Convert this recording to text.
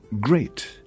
great